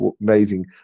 amazing